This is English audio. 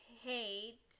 hate